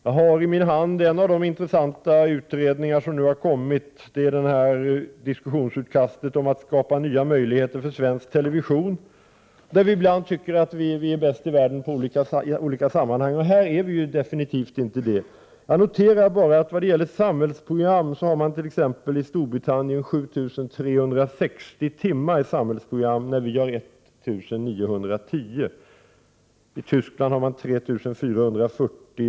Jag har i min hand en av de intressanta utredningar som nu har lagts fram, nämligen diskussionsutkastet om att man skall skapa nya möjligheter för svensk television. Vi i Sverige tycker ju ibland att vi är bäst i världen i olika sammanhang, men i detta sammanhang är vi definitivt inte bäst. Jag noterar att man i Storbritannien har 7 360 timmars samhällsprogram när vi i Sverige har 1 910 timmar. I Tyskland har man 3 440.